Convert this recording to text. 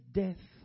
death